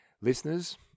Listeners